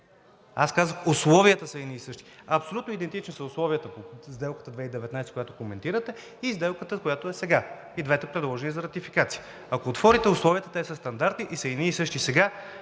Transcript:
Аз казах: условията са едни и същи, абсолютно идентични са условията по сделката 2019 г., която коментирате, и сделката, която е сега, и двете предложени за ратификация. Ако отворите условията, те са стандартни и са едни и същи сега